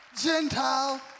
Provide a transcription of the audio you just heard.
Gentile